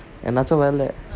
எதுனாச்சும்வேல:ethunaachum vela